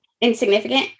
insignificant